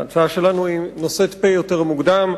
ההצעה שלנו נושאת "פ" יותר מוקדם,